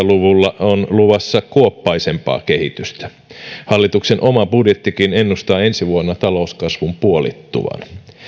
luvulla on luvassa kuoppaisempaa kehitystä hallituksen oma budjettikin ennustaa ensi vuonna talouskasvun puolittuvan